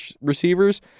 receivers